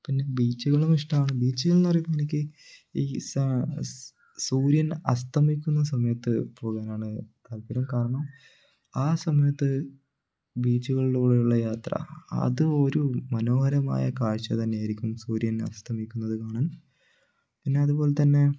പിന്നെ ബീച്ചുകളും ഇഷ്ടമാണ് ബീച്ചുകൾ എന്നു പറയുമ്പോൾ എനിക്ക് ഈ സൂര്യൻ അസ്തമിക്കുന്ന സമയത്ത് പോകാനാണ് താൽപ്പര്യം കാരണം ആ സമയത്ത് ബീച്ചുകളിലൂടെയുള്ള യാത്ര അത് ഒരു മനോഹരമായ കാഴ്ച്ച തന്നെയായിരിക്കും സൂര്യൻ അസ്തമിക്കുന്നത് കാണാൻ പിന്നെ അതുപോലെതന്നെ